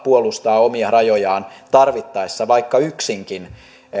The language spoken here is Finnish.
puolustaa omia rajojaan tarvittaessa vaikka yksinkin